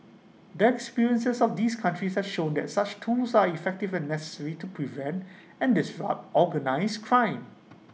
that experiences of these countries have shown that such tools are effective and necessary to prevent and disrupt organised crime